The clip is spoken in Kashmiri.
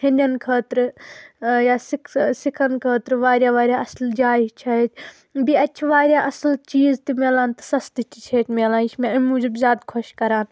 ہیٚنٛددٮ۪ن خٲطرٕ یا سِکسہٕ سِکَن خٲطرٕ واریاہ واریاہ اَصٕل جایہِ چھِ اَتہِ بیٚیہِ اَتہِ چھِ واریاہ اَصٕل چیٖز تہِ مِلان تہٕ سَستہٕ تہِ چھِ اَتہِ مِلان یہِ چھِ مےٚ اَمہِ موٗجوٗب زیادٕ خۄش کَران